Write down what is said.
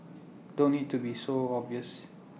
don't need to be so obvious